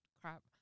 crap